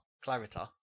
Clarita